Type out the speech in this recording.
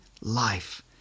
life